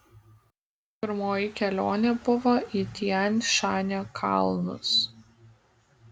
pirmoji kelionė buvo į tian šanio kalnus